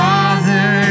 Father